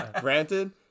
Granted